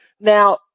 Now